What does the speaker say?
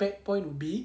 bad point would be